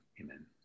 Amen